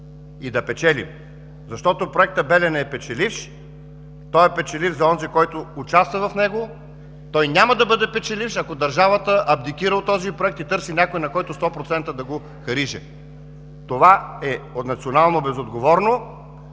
и да печелим. Проектът „Белене“ е печеливш. Той е печеливш за онзи, който участва в него. Той няма да бъде печеливш, ако държавата абдикира от този проект и търси някой, на който 100% да го хариже. Това е национално безотговорно,